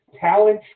talent